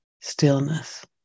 stillness